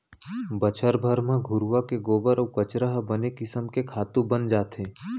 बछर भर म घुरूवा के गोबर अउ कचरा ह बने किसम के खातू बन जाथे